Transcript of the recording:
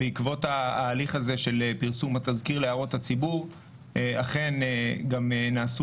בעקבות ההליך הזה של פרסום התזכיר להערות הציבור אכן גם נעשו